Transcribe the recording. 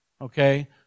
Okay